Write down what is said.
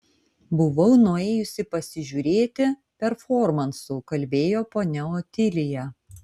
buvau nuėjusi pasižiūrėti performansų kalbėjo ponia otilija